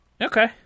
Okay